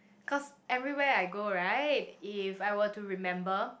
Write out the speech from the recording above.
cause everywhere I go right if I were to remember